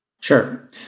Sure